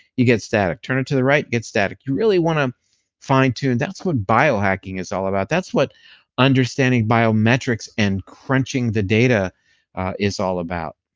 you get static. turn it to the right, get static. you really wanna fine-tune, that's what bio-hacking is all about, that's what understanding biometrics and crunching the data is all about.